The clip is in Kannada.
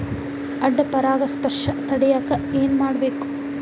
ಅಡ್ಡ ಪರಾಗಸ್ಪರ್ಶ ತಡ್ಯಾಕ ಏನ್ ಮಾಡ್ಬೇಕ್?